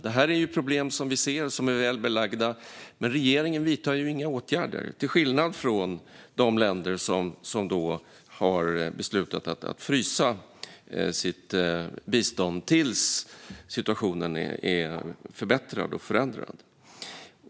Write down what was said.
De problem som vi ser är ju väl belagda, men regeringen vidtar inga åtgärder, till skillnad från de länder som har beslutat att frysa sitt bistånd tills situationen är förbättrad och förändrad.